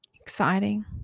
exciting